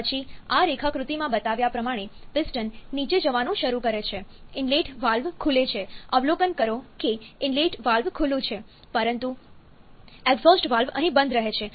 પછી આ રેખાકૃતિમાં બતાવ્યા પ્રમાણે પિસ્ટન નીચે જવાનું શરૂ કરે છે ઇનલેટ વાલ્વ ખુલે છે અવલોકન કરો કે ઇનલેટ વાલ્વ ખુલ્લું છે પરંતુ એક્ઝોસ્ટ વાલ્વ અહીં બંધ રહે છે